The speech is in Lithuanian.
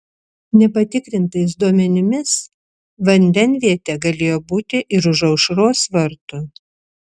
nepatikrintais duomenimis vandenvietė galėjo būti ir už aušros vartų